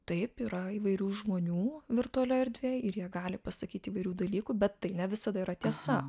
taip yra įvairių žmonių virtualioj erdvėj ir jie gali pasakyti įvairių dalykų bet tai ne visada yra tiesa